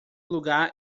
lugar